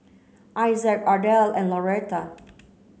Isaac Ardelle and Loretta